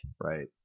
Right